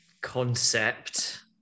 concept